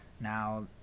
Now